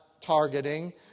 targeting